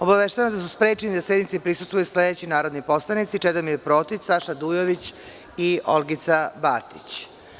Obaveštavam vas da su sprečeni da sednici prisustvuju sledeći narodni poslanici: Čedomir Protić, Saša Dujović i Olgica Batić.